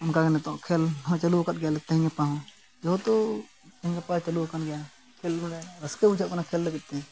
ᱚᱱᱠᱟ ᱜᱮ ᱱᱤᱛᱳᱜ ᱠᱷᱮᱞ ᱦᱚᱸ ᱪᱟᱹᱞᱩᱣ ᱟᱠᱟᱫ ᱜᱮᱭᱟᱞᱮ ᱛᱮᱦᱮᱧ ᱜᱟᱯᱟ ᱦᱚᱸ ᱡᱮᱦᱮᱛᱩ ᱛᱮᱦᱮᱧ ᱜᱟᱯᱟ ᱪᱟᱹᱞᱩ ᱟᱠᱟᱱ ᱜᱮᱭᱟ ᱠᱷᱮᱞ ᱢᱟᱱᱮ ᱨᱟᱹᱥᱠᱟᱹ ᱵᱩᱡᱷᱟᱹᱜ ᱠᱟᱱᱟ ᱠᱷᱮᱞ ᱞᱟᱹᱜᱤᱫ ᱛᱮ